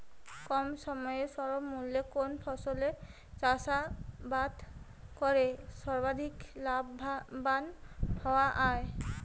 কম সময়ে স্বল্প মূল্যে কোন ফসলের চাষাবাদ করে সর্বাধিক লাভবান হওয়া য়ায়?